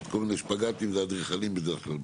כל מיני שפגאטים זה האדריכלים בדרך כלל,